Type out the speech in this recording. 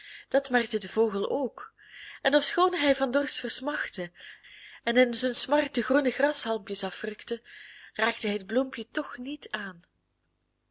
dat merkte de vogel ook en ofschoon hij van dorst versmachtte en in zijn smart de groene grashalmpjes afrukte raakte hij het bloempje toch niet aan